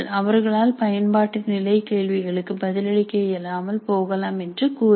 அவர்களால் பயன்பாட்டு நிலை கேள்விகளுக்கு பதிலளிக்க இயலாமல் போகலாம் என்று கூறுவர்